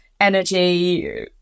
energy